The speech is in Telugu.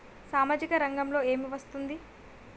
సామాజిక రంగంలో ఏమి వస్తుంది?